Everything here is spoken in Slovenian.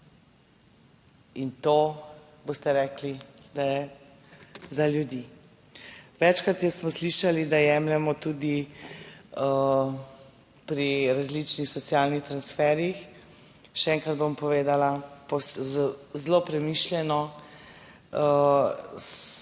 in to boste rekli, da je za ljudi. Večkrat smo slišali, da jemljemo tudi pri različnih socialnih transferjih. Še enkrat bom povedala, zelo premišljeno